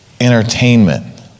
Entertainment